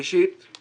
הנושא השלישי הוא